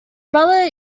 brother